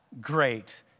great